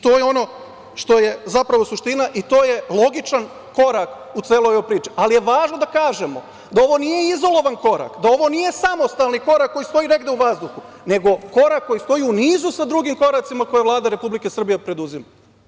To je ono što je zapravo suština i to je logičan korak u celoj ovoj priči, ali je važno da kažemo da ovo nije izolovan korak, da ovo nije samostalni korak koji stoji negde u vazduhu, nego korak koji stoji u nizu sa drugim koracima koje Vlada Republike Srbije preduzima.